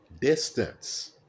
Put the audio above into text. distance